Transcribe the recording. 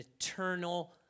eternal